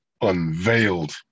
unveiled